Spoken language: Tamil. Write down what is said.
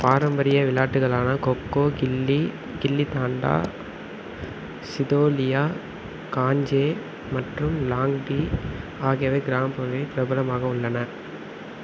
பாரம்பரிய விளையாட்டுகளான கொக்கோ கில்லி கில்லி தண்டா சிதோலியா காஞ்சே மற்றும் லாங்டி ஆகியவை கிராமப்புறங்களில் பிரபலமாக உள்ளன